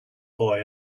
boy